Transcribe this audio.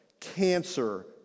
cancer